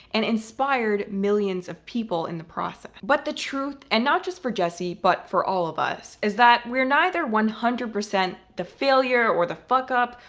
and inspired millions of people in the process. but the truth, and not just for jesse, but for all of us, is that we're neither one hundred percent the failure or the fuck up,